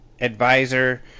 advisor